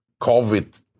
COVID